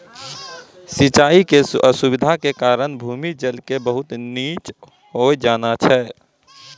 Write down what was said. सिचाई के असुविधा के कारण भूमि जल के बहुत नीचॅ होय जाना छै